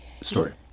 story